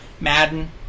Madden